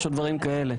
או דברים כאלה.